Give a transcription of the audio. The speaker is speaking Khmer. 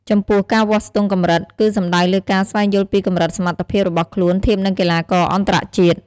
ចំពោះ ការវាស់ស្ទង់កម្រិត គឺសំដៅលើការស្វែងយល់ពីកម្រិតសមត្ថភាពរបស់ខ្លួនធៀបនឹងកីឡាករអន្តរជាតិ។